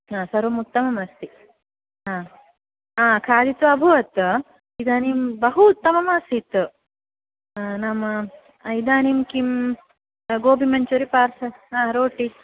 हा सर्वम् उत्तमम् अस्ति हा खादित्वा अभवत् इदानीं बहु उत्तमम् आसीत् नाम इदानीं किं गोबि मञ्चुरीयन् पार्सेल् रोटि